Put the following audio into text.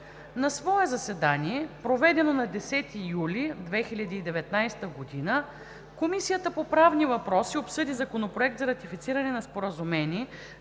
На свое заседание, проведено на 10 юли 2019 г., Комисията по правни въпроси обсъди Законопроект за ратифициране на Споразумение